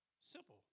Simple